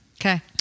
Okay